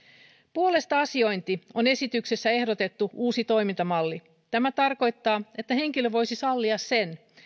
puolesta asiointi on esityksessä ehdotettu uusi toimintamalli tämä tarkoittaa että henkilö voisi sallia sen